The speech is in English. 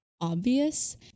obvious